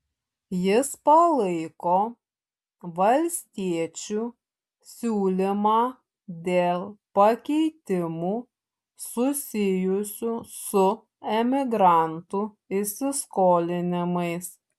jis palaiko valstiečių siūlymą dėl pakeitimų susijusių su emigrantų įsiskolinimais